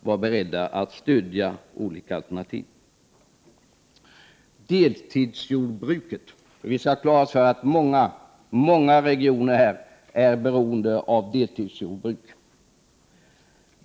vara beredda att stödja olika alternativ. Vi skall ha klart för oss att många regioner är beroende av deltidsjordbruk.